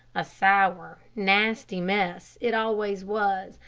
a sour, nasty mess it always was,